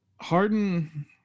Harden